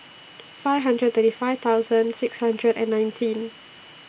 five hundred thirty five thousand six hundred and nineteen